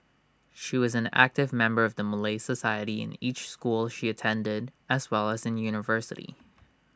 she was an active member of the Malay society in each school she attended as well as in university